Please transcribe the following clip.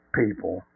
people